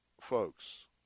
folks